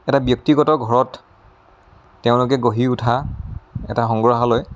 এটা ব্যক্তিগত ঘৰত তেওঁলোকে গঢ়ি উঠা এটা সংগ্ৰহালয়